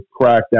crackdown